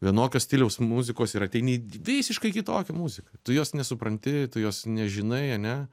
vienokio stiliaus muzikos ir ateini į visiškai kitokią muziką tu jos nesupranti tu jos nežinai ane